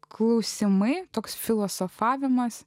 klausimai toks filosofavimas